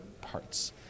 parts